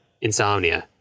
Insomnia